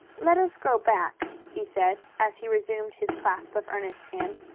let us go back, he said, as he resumed his clasp of ernest's hand.